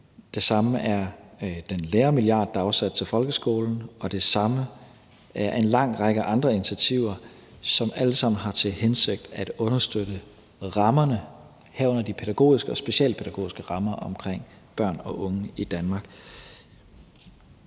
Det samme er den lærermilliard, der er afsat til folkeskolen, og det samme er en lang række andre initiativer, som alle sammen har til hensigt at understøtte rammerne, herunder de pædagogiske og specialpædagogiske rammer, omkring børn og unge i Danmark.